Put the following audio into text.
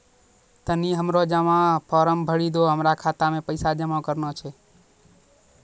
तनी हमरो जमा फारम भरी दहो, हमरा खाता मे पैसा जमा करना छै